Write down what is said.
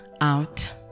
out